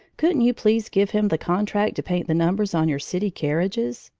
couldn't you please give him the contract to paint the numbers on your city carriages?